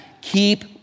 keep